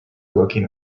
looking